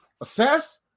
Assess